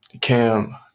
Cam